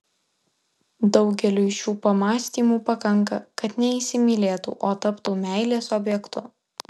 daugeliui šių pamąstymų pakanka kad neįsimylėtų o taptų meilės objektu